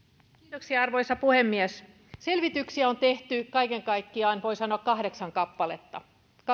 kiitoksia arvoisa puhemies selvityksiä on tehty kaiken kaikkiaan voi sanoa kahdeksan kappaletta